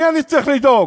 למי אני צריך לדאוג?